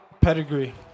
Pedigree